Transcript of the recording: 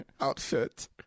outfit